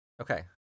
Okay